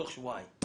תוך שבועיים.